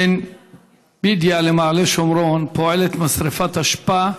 בין בידיא למעלה שומרון פועלת משרפת אשפה.